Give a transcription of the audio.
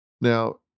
Now